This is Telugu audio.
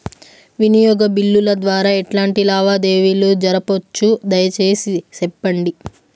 వినియోగ బిల్లుల ద్వారా ఎట్లాంటి లావాదేవీలు జరపొచ్చు, దయసేసి సెప్పండి?